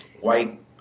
white